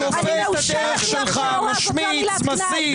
כופה את הדרך שלך, משמיץ, מסית.